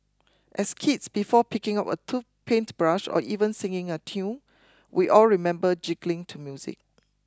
as kids before picking up a tool paintbrush or even singing a tune we all remember jiggling to music